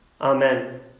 Amen